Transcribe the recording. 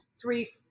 Three